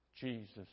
Jesus